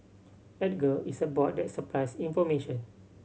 Edgar is a bot that supplies information